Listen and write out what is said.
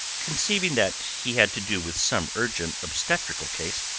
conceiving that he had to do with some urgent obstetrical case,